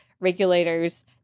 regulators